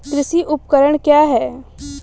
कृषि उपकरण क्या है?